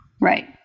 Right